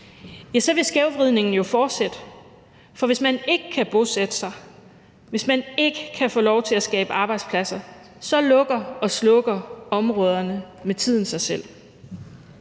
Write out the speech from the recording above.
ja, så vil skævvridningen jo fortsætte. For hvis man ikke kan bosætte sig, hvis man ikke kan få lov til at skabe arbejdspladser, lukker og slukker områderne sig selv